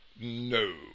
No